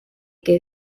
que